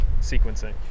sequencing